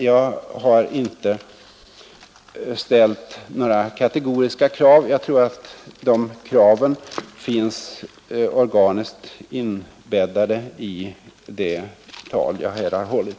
Jag har inte ställt några kategoriska krav; jag tror att de kraven finns organiskt inbäddade i det anförande som jag här har hållit.